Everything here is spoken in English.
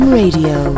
radio